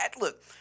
Look